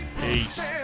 Peace